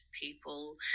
people